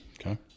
Okay